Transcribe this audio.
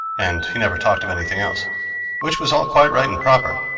and he never talked of anything else which was all quite right and proper.